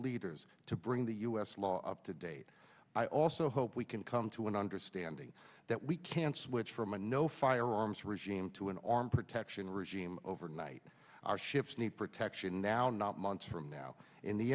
leaders to bring the u s law up to date i also hope we can come to an understanding that we can switch from a no firearms regime to an armed protection regime overnight shifts need protection now not months from now in the